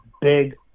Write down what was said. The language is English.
big